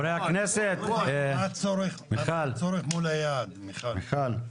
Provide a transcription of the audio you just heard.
מה הצורך מול היעד, מיכל?